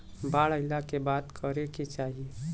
बाढ़ आइला के बाद का करे के चाही?